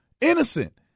Innocent